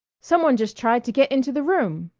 some one just tried to get into the room.